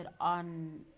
on